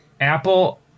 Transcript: Apple